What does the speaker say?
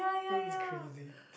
that was crazy